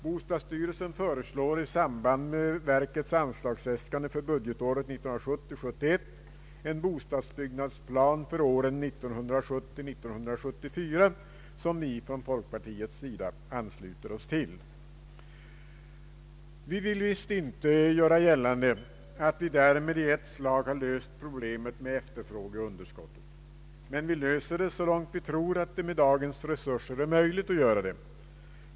Bostadsstyrelsen föreslår i samband med verkets anslagsäskande för budgetåret 1970/71 en bostadsbyggnadsplan för åren 1970—1974 som vi från folkpartiets sida ansluter oss till. Vi vill visst inte göra gällande att vi därmed i ett slag har löst problemet med efterfrågan och underskott, men vi löser det så långt vi tror att det med dagens resurser är möjligt.